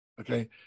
Okay